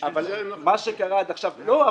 לא,